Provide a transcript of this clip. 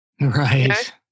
Right